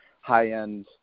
high-end